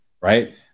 right